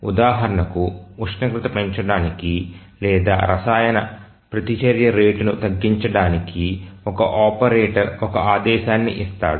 ఉదాహరణకు ఉష్ణోగ్రత పెంచడానికి లేదా రసాయన ప్రతిచర్య రేటును తగ్గించడానికి ఒక ఆపరేటర్ ఒక ఆదేశాన్ని ఇస్తాడు